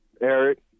Eric